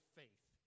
faith